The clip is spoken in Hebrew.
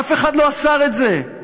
אף אחד לא אסר את זה.